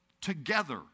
together